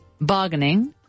bargaining